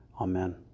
Amen